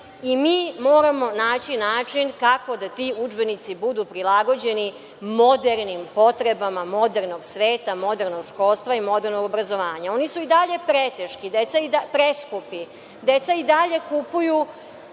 i mi moramo naći način kako da ti udžbenici budu prilagođeni modernim potrebama modernog sveta modernog školstva i modernog obrazovanja. Oni su i dalje preteški, preskupi. Deca i dalje kupuju